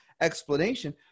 explanation